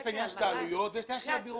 יש את עניין העלויות ויש את עניין הביורוקרטיה.